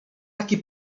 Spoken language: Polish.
taki